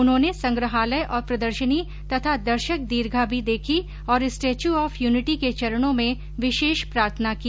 उन्होंने संग्रहालय और प्रदर्शनी तथा दर्शक दीर्घा भी देखी और स्टेच्यू ऑफ यूनिटी के चरणों में विशेष प्रार्थना की